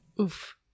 Oof